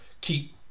keep